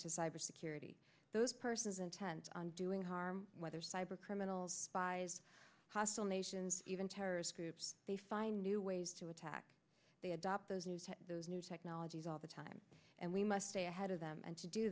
to cybersecurity those persons intent on doing harm whether cyber criminals spies hostile nations even terrorist groups they find new ways to attack the adopt those needs those new technologies all the time and we must stay ahead of them and to do